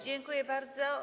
Dziękuję bardzo.